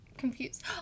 confused